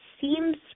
seems